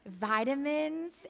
vitamins